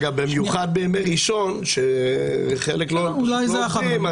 במיוחד בימי ראשון, אז חלק מהאנשים לא עובדים.